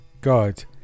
God